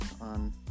on